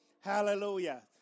Hallelujah